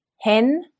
HEN